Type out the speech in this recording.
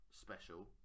special